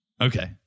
Okay